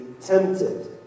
tempted